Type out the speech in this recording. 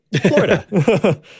Florida